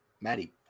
Maddie